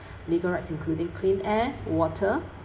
legal rights including clean air water